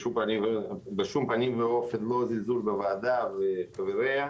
בשום פנים ואופן זה לא זלזול בוועדה ובחבריה.